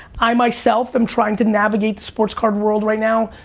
i, myself, am trying to navigate the sports card world right now.